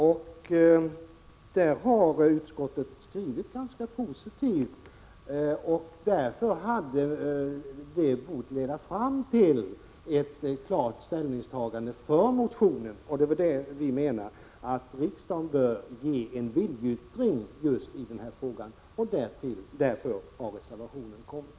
Utskottet har skrivit ganska positivt om centermotionen, men inte uttalat ett klart ställningstagande för motionen. Vi menar att riksdagen bör avge en viljeyttring i just denna fråga. Därför har reservationen tillkommit.